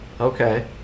Okay